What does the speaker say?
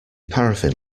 paraffin